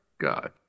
God